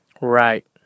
Right